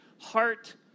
heart